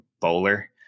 bowler